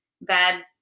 bad